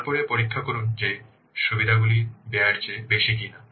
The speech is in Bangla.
তারপরে পরীক্ষা করুন যে সুবিধাগুলি ব্যয়ের চেয়ে বেশি কিনা